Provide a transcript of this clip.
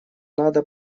надо